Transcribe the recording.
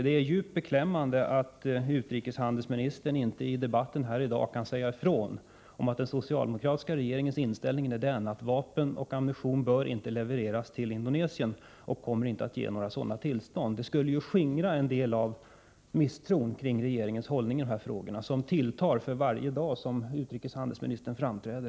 Det är djupt beklämmande att utrikeshandelsministern inte i debatten i dag kan säga ifrån om att den socialdemokratiska regeringens inställning är att vapen och ammunition inte bör levereras till Indonesien och att regeringen inte kommer att ge några sådana tillstånd. Det skulle ju skingra en del av den misstro kring regeringens hållning i dessa frågor som tilltar för varje dag som utrikeshandelsministern framträder.